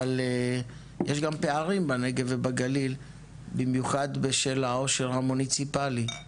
אבל יש גם פערים בנגב ובגליל במיוחד בשל העושר המוניציפלי,